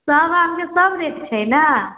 सब आम के सब रेट छै न